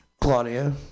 Claudia